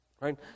right